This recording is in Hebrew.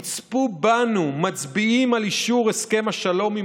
יצפו בנו מצביעים על אישור הסכם השלום עם